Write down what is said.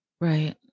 Right